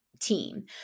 team